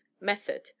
method